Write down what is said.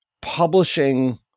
publishing